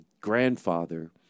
grandfather